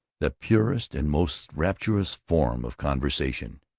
the purest and most rapturous form of conversation